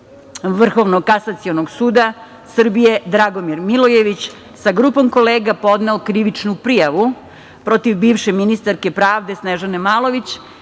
Vrhovnog kasacionog suda Srbije, Dragomir Milojević, sa grupom kolega podneo krivičnu prijavu protiv bivše ministarke pravde Snežana Malović